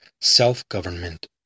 self-government